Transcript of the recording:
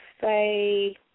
say